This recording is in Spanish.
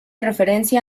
referencia